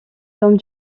hommes